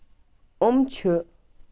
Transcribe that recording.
یِم چھِ